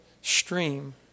stream